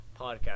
podcast